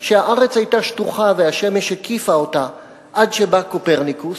שהארץ היתה שטוחה והשמש הקיפה אותה עד שבא קופרניקוס,